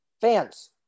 fans